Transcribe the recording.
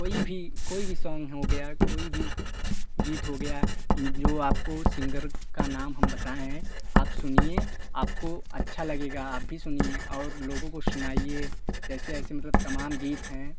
कोई भी कोई भी सॉंग हो गया कोई भी गीत हो गया इन जो आपको सिंगर का नाम हम बताए हैं आप सुनिए आपको अच्छा लगेगा आप भी सुनिए और लोगों को सुनाइए जैसे ऐसे मतलब तमाम गीत हैं